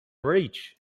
reach